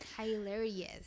hilarious